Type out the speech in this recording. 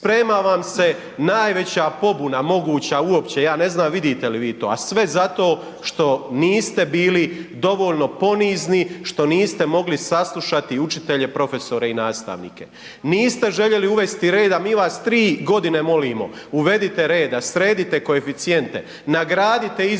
Sprema vam se najveća pobuna moguća uopće, ja ne znam vidite li vi to, a sve zato što niste bili dovoljno ponizni, što niste mogli saslušati učitelje, profesore i nastavnike. Niste željeli uvesti reda, vi vas 3 godine molimo, uvedite reda, sredite koeficijente. Nagradite izvrsne,